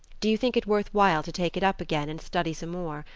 do you think it worth while to take it up again and study some more?